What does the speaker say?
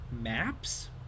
maps